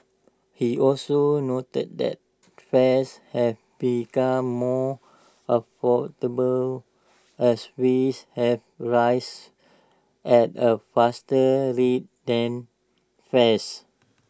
he also noted that fares have become more affordable as wages have rise at A faster rate than fares